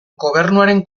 gobernuaren